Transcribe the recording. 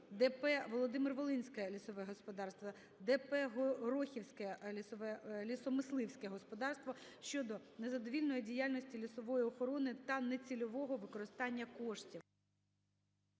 ДП "Володимир-Волинське лісомисливське господарство", ДП "Горохівське лісомисливське господарство" щодо незадовільної діяльності лісової охорони та нецільового використання коштів.